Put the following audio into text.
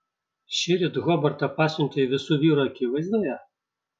šįryt hobartą pasiuntei visų vyrų akivaizdoje